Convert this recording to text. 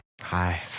Hi